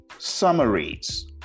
summaries